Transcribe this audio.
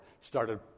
started